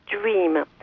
dream